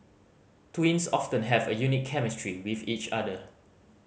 twins often have a unique chemistry with each other